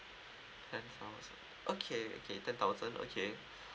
ten thousand okay okay ten thousand okay